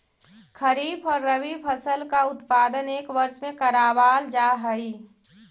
खरीफ और रबी फसल का उत्पादन एक वर्ष में करावाल जा हई